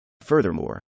Furthermore